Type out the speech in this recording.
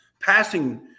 passing –